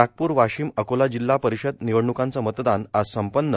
नागपूर वाशीम अकोला जिल्हा परिषद निवडण्कांचं मतदान आज संपन्न